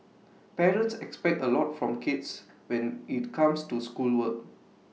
parents expect A lot from kids when IT comes to schoolwork